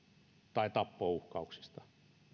tai tappouhkauksista